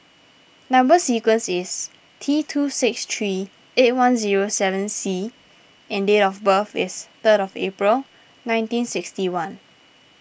Number Sequence is T two six three eight one zero seven C and date of birth is third of April nineteen sixty one